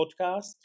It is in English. podcast